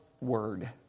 word